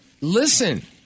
Listen